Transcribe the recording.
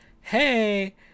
hey